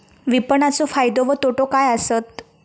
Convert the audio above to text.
विपणाचो फायदो व तोटो काय आसत?